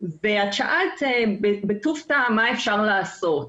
את שאלת בטוב טעם מה אפשר לעשות.